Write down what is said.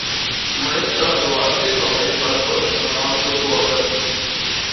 maisto ruošai labai svarbus rankų plovimas